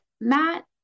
Matt